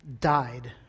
died